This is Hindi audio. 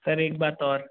सर एक बात और